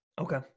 Okay